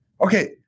Okay